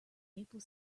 maple